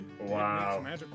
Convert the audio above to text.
Wow